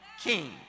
king